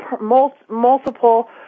multiple